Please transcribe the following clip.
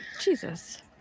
Jesus